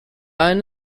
iron